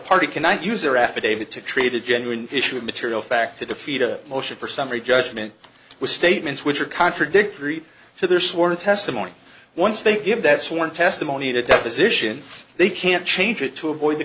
party cannot use their affidavit to create a genuine issue of material fact to defeat a motion for summary judgment with statements which are contradictory to their sworn testimony once they give that sworn testimony to deposition they can change it to avoid the